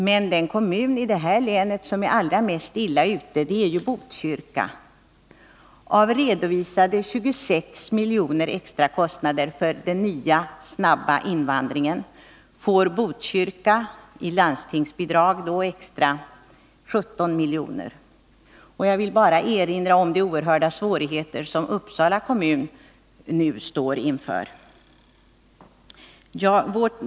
Men den kommun i detta län som är allra mest illa ute är ju Botkyrka. Av redovisade 26 miljoner i extrakostnader för den nya, snabba invandringen får Botkyrka i landstingsbidrag 17 miljoner extra. Jag vill också bara erinra om de oerhörda svårigheter som Uppsala kommun nu står inför.